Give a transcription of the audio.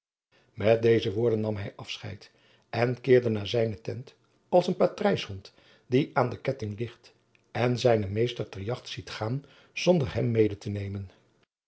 met deze woorden nam hij afscheid en keerde naar zijne tent als een patrijshond die aan de ketting ligt en zijnen meester ter jacht ziet gaan zonder hem mede te nemen